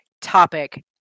topic